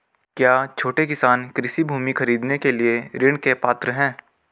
क्या छोटे किसान कृषि भूमि खरीदने के लिए ऋण के पात्र हैं?